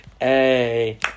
hey